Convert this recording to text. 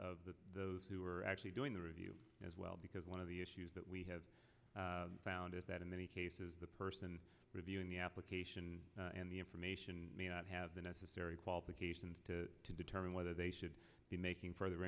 of those who are actually doing the review as well because one of the issues that we have found is that in many cases the person reviewing the application and the information may not have the necessary qualifications to determine whether they should be making further